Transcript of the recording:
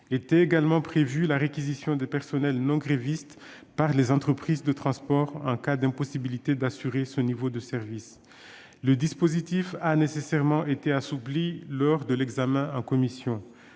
Était également prévue la réquisition des personnels non grévistes par les entreprises de transport en cas d'impossibilité d'assurer ce niveau de service. Le dispositif a nécessairement été assoupli lors de l'examen en commission.